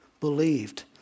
believed